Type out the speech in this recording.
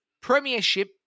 premiership